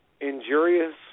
injurious